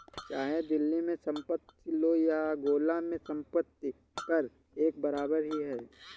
चाहे दिल्ली में संपत्ति लो या गोला में संपत्ति कर एक बराबर ही है